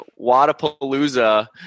Wadapalooza